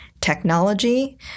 technology